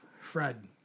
Fred